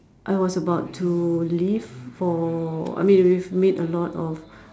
I was about to leave for I mean we've made a lot of